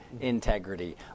integrity